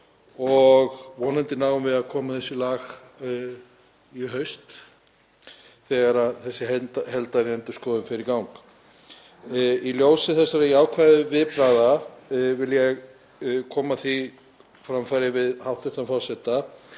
Vonandi náum við að koma þessu í lag í haust þegar þessi heildarendurskoðun fer í gang. Í ljósi þessara jákvæðu viðbragða vil ég koma því á framfæri við hæstv. forseta